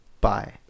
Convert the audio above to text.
Bye